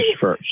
first